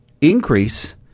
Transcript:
increase